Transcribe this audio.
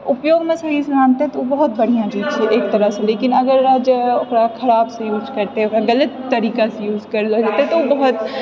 उपयोगमे सहिसँ आनते तऽ ओ बहुत बढ़िआँ चीज छिऐ एक तरहसँ लेकिन अगर ओकरा खराबसँ यूज करतै ओकरा गलत तरिकासँ यूज करतै तऽ ओकर बहुत